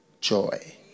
joy